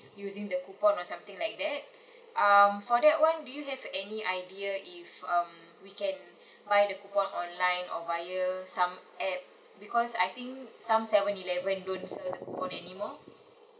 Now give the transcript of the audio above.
using the coupon or something like that um for that one do you have any idea if um we can buy the coupon online or via some app because I think some seven eleven don't sell the coupon anymore